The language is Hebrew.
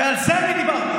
ועל זה אני דיברתי,